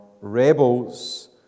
rebels